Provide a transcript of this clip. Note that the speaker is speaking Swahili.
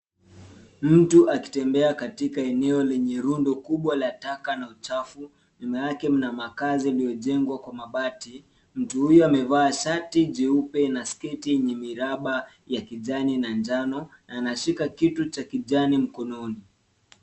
Mtu akitembea katika eneo lenye rundo kubwa la taka na uchafu. Nyuma yake mna makazi yaliojengwa kwa mabati. Mtu huyu amevaa shati jeupe na sketi yenye miraba ya kijani na njano na anashika kitu cha kijani mkononi.